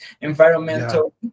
environmental